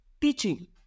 teaching